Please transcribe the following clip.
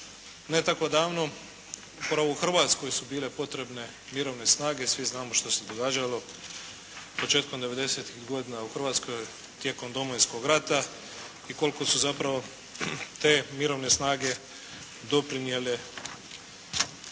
Ne tako davno upravo Hrvatskoj su bile potrebne mirovine snage. Svi znamo što se događalo početkom '90.-tih godina tijekom Domovinskog rata i koliko su zapravo te mirovine snage doprinijele